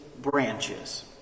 branches